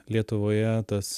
lietuvoje tas